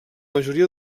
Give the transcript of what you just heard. majoria